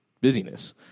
busyness